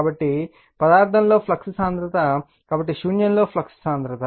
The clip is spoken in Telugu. కాబట్టి పదార్థంలో ఫ్లక్స్ సాంద్రత కాబట్టి శూన్యంలో ఫ్లక్స్ సాంద్రత